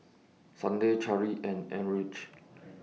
Sunday Cari and Enrique